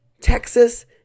Texas